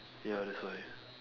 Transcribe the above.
ya that's why